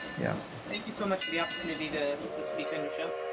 yeah thank you so much for the opportunity to to speak on your show.